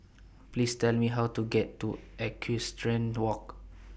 Please Tell Me How to get to Equestrian Walk